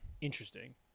Interesting